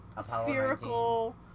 spherical